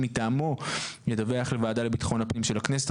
מטעמו ידווח לוועדה לביטחון הפנים של הכנסת,